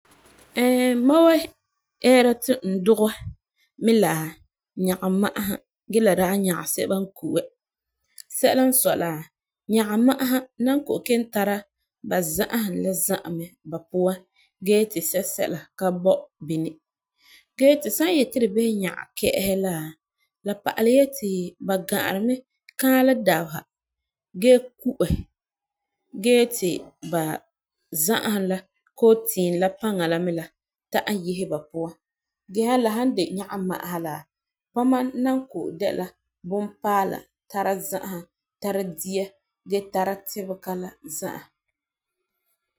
Ɛɛ, mam wan ɛɛra ti n dugɛ mi la nyaga ma'asa gee la dage nyaga sɛba n ku'ɛ sɛla n sɔi la nyaga ma'asa na kk kelum tara ba za'ahum la za'a mɛ ba puan gee ti sɛsɛla ka boi bini gee fu san yeti fu bisɛ nyaga kɛ'ɛsi la, la pa'alɛ ti ba ga'arɛ mɛ kaalɛ dabesa gee ku'ɛ gee ti ba za'ahum la koo tiim la me la ta'am yese ba puan gee la han de nyaga ma'asa la bama na ko de la bunpaala tara za'ahum, tara dia gee tara tɛbega la za'a.